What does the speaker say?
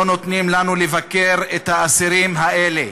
לא נותנים לנו לבקר את האסירים האלה.